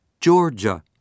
Georgia